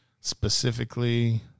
Specifically